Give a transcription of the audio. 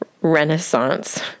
renaissance